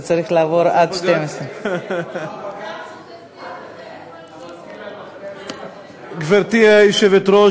וזה צריך לעבור עד 24:00. גברתי היושבת-ראש,